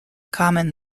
common